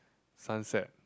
sunset